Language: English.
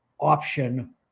option